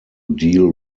deal